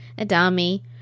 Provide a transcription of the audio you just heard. Adami